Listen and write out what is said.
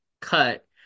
cut